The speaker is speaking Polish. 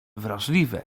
wrażliwe